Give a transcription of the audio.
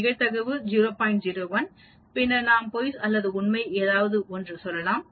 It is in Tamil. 01 பின்னர் நாம் பொய் அல்லது உண்மை ஏதாவது ஒன்று சொல்லலாம்